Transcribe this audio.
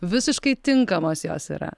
visiškai tinkamos jos yra